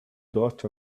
dot